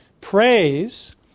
praise